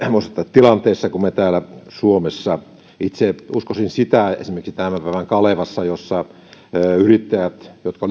tilanteessa kuin me täällä suomessa itse uskoisin esimerkiksi sitä kirjoitusta tämän päivän kalevassa jossa yrittäjät jotka